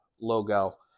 logo